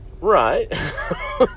right